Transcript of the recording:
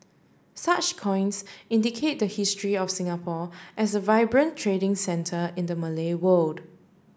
such coins indicate the history of Singapore as a vibrant trading centre in the Malay world